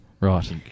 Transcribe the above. right